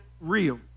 Real